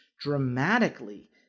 dramatically